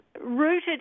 rooted